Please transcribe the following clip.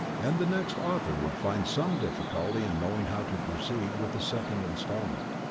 and the next author would find some difficulty in knowing how to proceed with the second instalment.